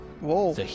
Whoa